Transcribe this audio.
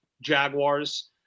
Jaguars